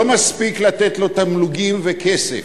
לא מספיק לתת לו תמלוגים וכסף,